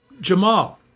Jamal